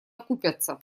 окупятся